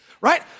right